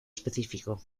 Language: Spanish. específico